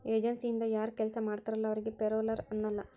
ಏಜನ್ಸಿಯಿಂದ ಯಾರ್ ಕೆಲ್ಸ ಮಾಡ್ತಾರಲ ಅವರಿಗಿ ಪೆರೋಲ್ಲರ್ ಅನ್ನಲ್ಲ